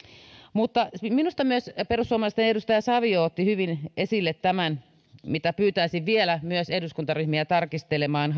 minusta myös perussuomalaisten edustaja savio otti hyvin esille tämän verotaulukon mitä pyytäisin vielä myös hallituspuolueiden eduskuntaryhmiä tarkastelemaan